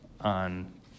on